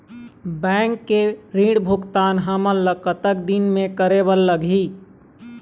Bank के ऋण भुगतान हमन ला कतक दिन म करे बर लगही?